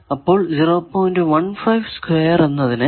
അപ്പോൾ 0